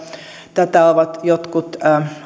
tätä ovat jotkut